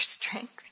strength